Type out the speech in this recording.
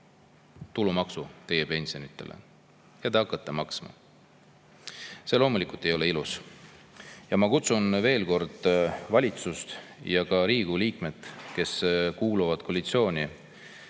tulumaksu teie pensionidele ja te hakkate maksma – see loomulikult ei ole ilus. Ma kutsun veel kord valitsust ja ka Riigikogu liikmeid, kes kuuluvad koalitsiooni,